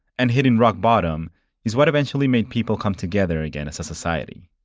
and hitting rock bottom is what eventually made people come together again as a society